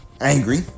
angry